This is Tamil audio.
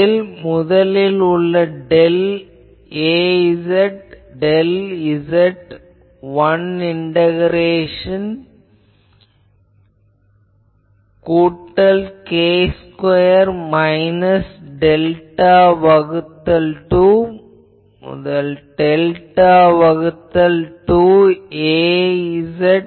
இதில் முதலில் உள்ள del Az del z one integration கூட்டல் k ஸ்கொயர் மைனஸ் டெல்டா வகுத்தல் 2 முதல் டெல்டா வகுத்தல் 2 Az dz